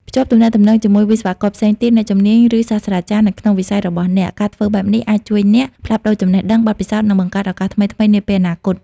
ភ្ជាប់ ទំនាក់ទំនងជាមួយវិស្វករផ្សេងទៀត អ្នកជំនាញ ឬសាស្ត្រាចារ្យ នៅក្នុងវិស័យរបស់អ្នក។ ការធ្វើបែបនេះអាចជួយអ្នក ផ្លាស់ប្តូរចំណេះដឹង បទពិសោធន៍ និងបង្កើតឱកាសថ្មីៗនាពេលអនាគត។